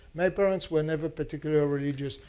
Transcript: my parents were never particularly ah religious.